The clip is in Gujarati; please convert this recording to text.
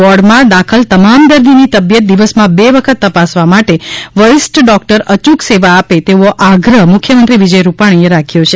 વોર્ડમાં દાખલ તમામ દર્દીની તબિયત દિવસમાં બે વખત તપાસવા માટે વરીષ્ઠ ડોક્ટર અયૂક સેવા આપે તેવો આગ્રહ મુખ્યમંત્રી વિજય રૂપાણીએ રાખ્યો છે